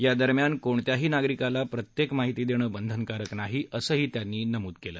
या दरम्यान कोणत्याही नागरिकाला प्रत्येक माहिती देणं बंधंनकारक नाही असंही त्यांनी नमूद केलं